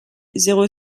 zéro